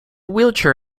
wheelchair